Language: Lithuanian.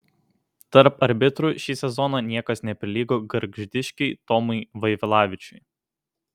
tarp arbitrų šį sezoną niekas neprilygo gargždiškiui tomui vaivilavičiui